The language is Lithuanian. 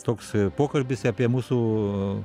toks pokalbis apie mūsų